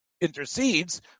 intercedes